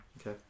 Okay